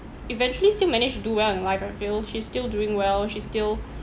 eventually still managed to do well in life I feel she's still doing well she still